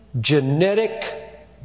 genetic